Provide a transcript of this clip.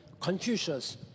Confucius